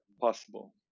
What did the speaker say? possible